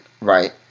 right